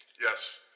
Yes